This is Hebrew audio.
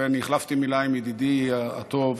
ואני החלפתי מילה עם ידידי הטוב,